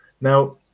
Now